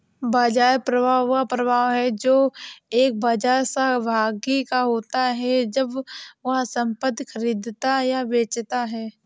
बाजार प्रभाव वह प्रभाव है जो एक बाजार सहभागी का होता है जब वह संपत्ति खरीदता या बेचता है